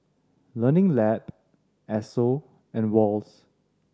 Learning Lab Esso and Wall's